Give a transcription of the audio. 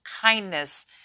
kindness